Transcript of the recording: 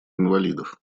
инвалидов